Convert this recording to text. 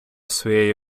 своєї